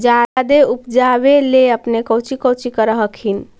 जादे उपजाबे ले अपने कौची कौची कर हखिन?